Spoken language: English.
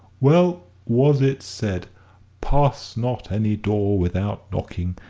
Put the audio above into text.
well was it said pass not any door without knocking,